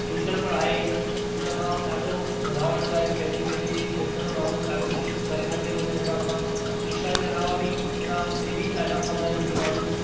tuition पढ़ाए उन खां ॾाढो वधाउ मिलंदो आहे पंहिंजे पंहिंजे खेत्र में माण्हू ॾाढो कुझु करे सघे थो उन जे हिसाब सां शिक्षा जे अलावा बि अञा ॿिए बि ॾाढा कम आहिनि जीअं माण्हू